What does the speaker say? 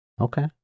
Okay